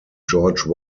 george